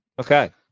Okay